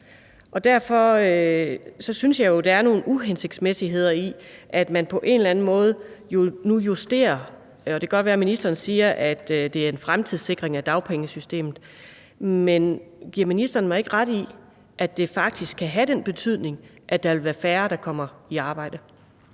jeg, der er nogle uhensigtsmæssigheder i, at man på en eller anden måde nu justerer det. Og det kan godt være, at ministeren siger, at det er en fremtidssikring af dagpengesystemet, men giver ministeren mig ikke ret i, at det faktisk kan have den betydning, at der vil være færre, der kommer i arbejde?